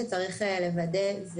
צריך לוודא,